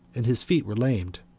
and his feet were lamed.